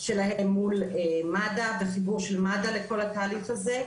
שלהם מול מד"א וחיבור של מד"א לכל התהליך הזה.